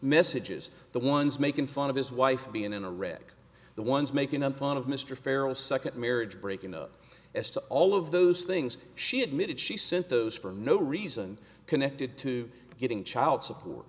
messages the ones making fun of his wife being in a wreck the ones making a lot of mr farrow second marriage breaking up as to all of those things she admitted she sent those for no reason connected to getting child support